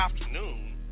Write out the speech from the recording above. afternoon